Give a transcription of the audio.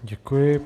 Děkuji.